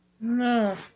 No